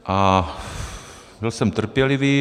A byl jsem trpělivý.